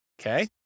Okay